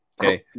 Okay